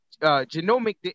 genomic